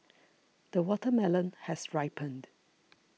the watermelon has ripened